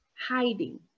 hiding